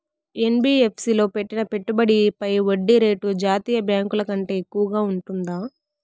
NBFC లో పెట్టిన పెట్టుబడి పై వడ్డీ రేటు జాతీయ బ్యాంకు ల కంటే ఎక్కువగా ఉంటుందా?